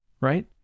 right